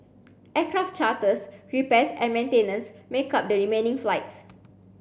aircraft charters repairs and maintenance make up the remaining flights